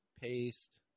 paste